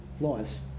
laws